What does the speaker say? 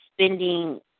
spending